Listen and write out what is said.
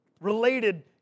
related